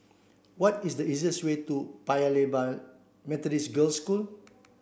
what is the easiest way to Paya Lebar Methodist Girls' School